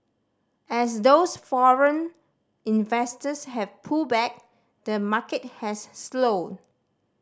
as those foreign investors have pulled back the market has slowed